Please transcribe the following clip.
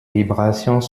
vibrations